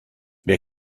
wer